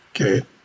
okay